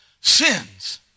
sins